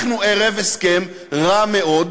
אנחנו ערב הסכם רע מאוד,